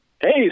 hey